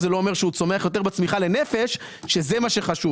זה לא אומר שהוא צומח יותר בצמיחה לנפש שזה מה שחשוב.